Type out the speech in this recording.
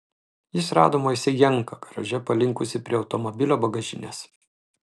jis rado moisejenką garaže palinkusį prie automobilio bagažinės